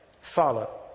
Follow